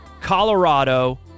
Colorado